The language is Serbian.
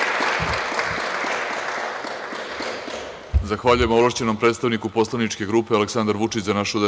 Zahvaljujem ovlašćenom predstavniku poslaničke grupe Aleksandar Vučić – Za našu